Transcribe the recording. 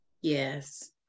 Yes